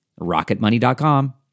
Rocketmoney.com